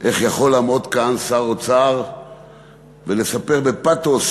איך יכול לעמוד כאן שר אוצר ולספר בפתוס